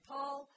Paul